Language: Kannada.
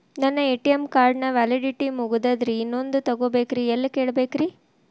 ನನ್ನ ಎ.ಟಿ.ಎಂ ಕಾರ್ಡ್ ನ ವ್ಯಾಲಿಡಿಟಿ ಮುಗದದ್ರಿ ಇನ್ನೊಂದು ತೊಗೊಬೇಕ್ರಿ ಎಲ್ಲಿ ಕೇಳಬೇಕ್ರಿ?